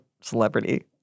celebrity